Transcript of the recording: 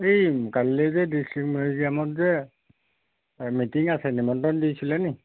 এই কাইলৈ যে ডিষ্ট্ৰিক্ট মিউজিয়ামত যে মিটিং আছে নিমন্ত্ৰণ দিছিলে নি